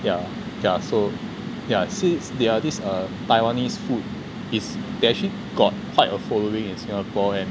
ya ya so ya since they are these uh taiwanese food is where they actually got quite a following in singapore and